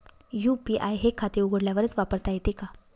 UPI हे खाते उघडल्यावरच वापरता येते का?